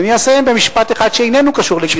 אני אסיים במשפט אחד, שאיננו קשור לגזענות.